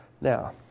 Now